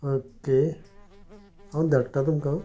okay हांव धाडटां तुमकां